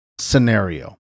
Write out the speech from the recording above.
scenario